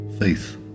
faith